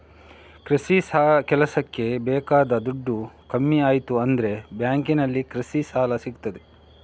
ಕೃಷಿ ಕೆಲಸಕ್ಕೆ ಬೇಕಾದ ದುಡ್ಡು ಕಮ್ಮಿ ಆಯ್ತು ಅಂದ್ರೆ ಬ್ಯಾಂಕಿನಲ್ಲಿ ಕೃಷಿ ಸಾಲ ಸಿಗ್ತದೆ